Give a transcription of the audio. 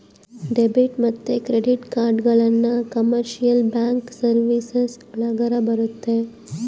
debit ಮತ್ತೆ credit ಕಾರ್ಡ್ಗಳನ್ನ commercial bank services ಒಳಗರ ಬರುತ್ತೆ